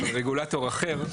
אבל רגולטור אחר,